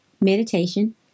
Meditation